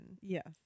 Yes